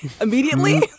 immediately